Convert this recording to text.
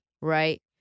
right